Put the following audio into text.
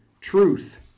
truth